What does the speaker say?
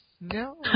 no